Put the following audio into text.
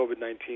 COVID-19